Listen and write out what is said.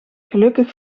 gelukkig